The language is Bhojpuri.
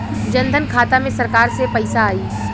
जनधन खाता मे सरकार से पैसा आई?